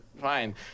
fine